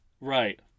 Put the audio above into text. Right